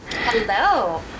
Hello